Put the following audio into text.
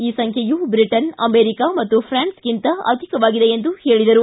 ಈ ಸಂಖ್ಯೆಯು Britain America ಮತ್ತು ಫ್ರಾನ್ಗಿಂತ ಅಧಿಕವಾಗಿದೆ ಎಂದು ಹೇಳಿದೆ